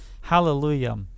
Hallelujah